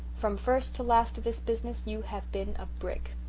from first to last of this business you have been a brick!